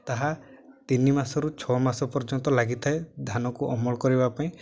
ତାହା ତିନି ମାସରୁ ଛଅ ମାସ ପର୍ଯ୍ୟନ୍ତ ଲାଗିଥାଏ ଧାନକୁ ଅମଳ କରିବା ପାଇଁ